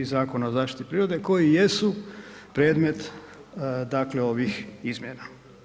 Zakona o zaštiti prirode koji jesu predmet, dakle ovih izmjena.